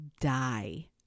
die